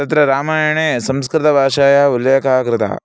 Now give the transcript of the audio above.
तत्र रामायणे संस्कृतभाषायाः उल्लेखः कृतः